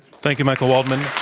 thank you, michael waldman.